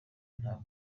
nta